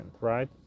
right